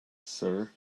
sir